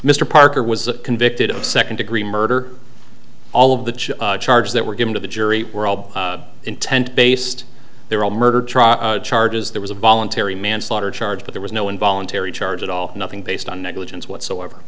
mr parker was convicted of second degree murder all of the charges that were given to the jury were all intent based they were all murder trial charges there was a voluntary manslaughter charge but there was no involuntary charge at all nothing based on negligence whatsoever